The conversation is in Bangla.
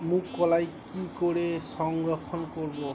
মুঘ কলাই কি করে সংরক্ষণ করব?